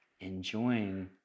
enjoying